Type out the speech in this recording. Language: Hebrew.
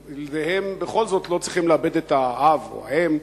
וילדיהם בכל זאת לא צריכים לאבד את האב או האם,